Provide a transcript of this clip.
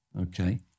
Okay